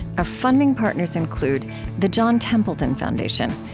our funding partners include the john templeton foundation,